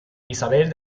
isabel